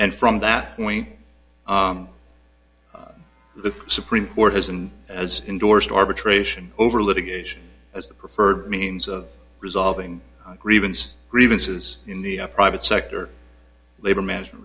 and from that point the supreme court has and as endorsed arbitration over litigation as the preferred means of resolving grievance grievances in the private sector labor management